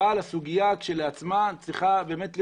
אבל הסוגיה כשלעצמה צריכה להיות ברורה.